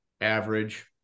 average